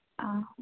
आहो